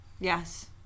Yes